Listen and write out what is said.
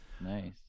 Nice